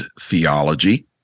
theology